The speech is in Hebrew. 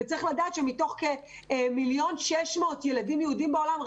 צריך לדעת שמתוך כ-1.6 מיליון ילדים יהודיים בעולם,